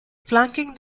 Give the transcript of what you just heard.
flanking